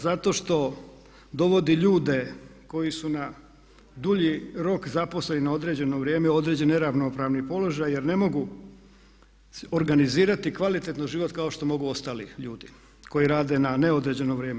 Zato što dovodi ljude koji su na dulji rok zaposleni na određeno vrijeme u određeni neravnopravni položaj jer ne mogu organizirati kvalitetno život kao što mogu ostali ljudi koji rade na neodređeno vrijeme.